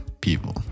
people